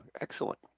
excellent